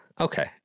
okay